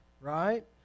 right